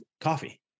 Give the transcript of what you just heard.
coffee